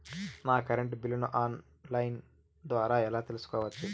నా కరెంటు బిల్లులను online ద్వారా ఎలా తెలుసుకోవచ్చు?